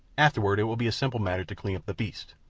afterward it will be a simple matter to clean up the beasts.